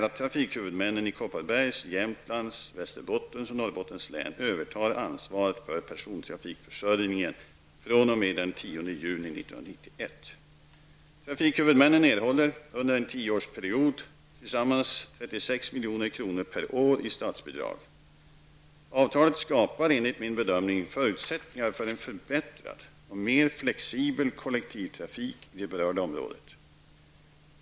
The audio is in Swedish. Trafikhuvudmännen erhåller, under en tioårsperiod, tillsammans 36 milj.kr. per år i statsbidrag. Avtalet skapar, enligt min bedömning, förutsättningar för en förbättrad och mer flexibel kollektivtrafik i det berörda området.